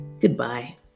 goodbye